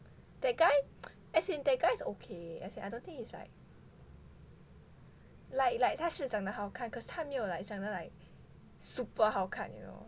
that guy as in that guy is okay as in I don't think it's like like like 他是长得好看可是他没有 like 长得 like super 好看 you know